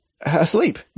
asleep